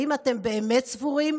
האם אתם באמת סבורים